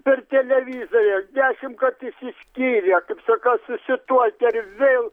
per televizorių dešimt kart išsiskyrę kaip sakau susituokia ir vėl